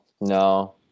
no